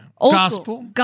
Gospel